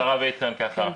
אני רוצה לומר לרב איתן ככה,